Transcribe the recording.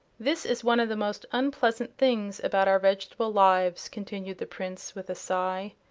this is one of the most unpleasant things about our vegetable lives, continued the prince, with a sigh,